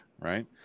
right